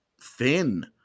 thin